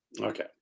Okay